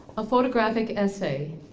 a photographic essay.